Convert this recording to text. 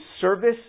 service